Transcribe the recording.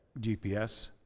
GPS